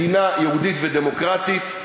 מדינה יהודית ודמוקרטית,